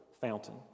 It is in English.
fountain